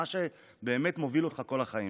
על מה שבאמת מוביל אותך כל החיים.